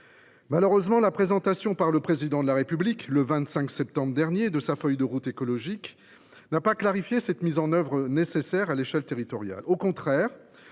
Malheureusement, la présentation par le Président de la République, le 25 septembre dernier, de sa feuille de route écologique n’a pas clarifié les modalités de cette mise en œuvre nécessaire à l’échelle territoriale.